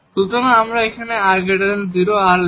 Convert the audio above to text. সুতরাং আসুন আমরা এখানে r 0 r 0 ধরে নিই